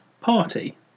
party